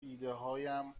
ایدههایم